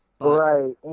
Right